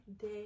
Day